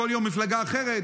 כל יום מפלגה אחרת.